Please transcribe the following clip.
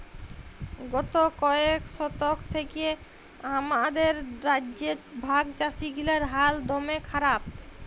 গত কয়েক দশক ধ্যরে আমাদের রাজ্যে ভাগচাষীগিলার হাল দম্যে খারাপ